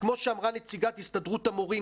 כמו שאמרה נציגת הסתדרות המורים,